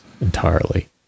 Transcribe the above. entirely